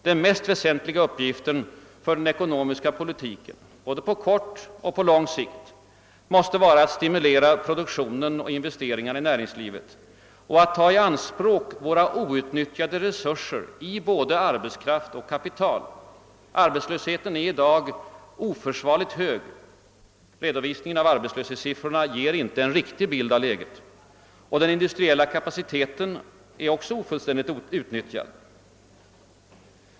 Den mest väsentliga uppgiften för den ekonomiska politiken både på kort och på lång sikt måste vara att stimulera produktionen och investeringarna i näringslivet och att ta i anspråk våra outnyttjade resurser i fråga om både arbetskraft och kapital. Arbetslösheten är i dag oförsvarligt hög — redovisningen av arbetslöshetssiffrorna ger inte en riktig bild av läget — och den industriella kapaciteten är ofullständigt utnyttjad.